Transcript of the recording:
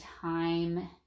time